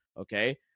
Okay